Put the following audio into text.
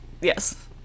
Yes